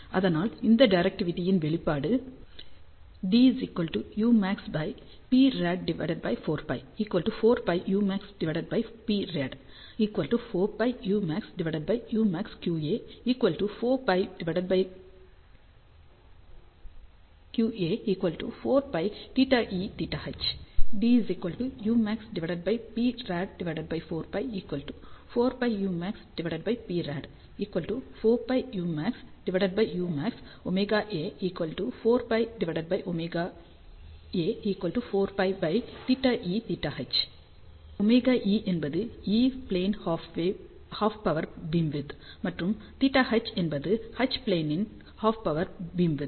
அதனால் இந்த டிரெக்டிவிடியின் வெளிப்பாடு D Umax Prad4π 4 π UmaxPrad 4 π Umax Umax ΩA 4πΩA ≃ 4π θEθH θE என்பது E ப்லேனின் ஹாஃப் பவர் பீம்விட்த் மற்றும் θH என்பது H ப்லேனின் ஹாஃப் பவர் பீம்விட்த்